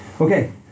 Okay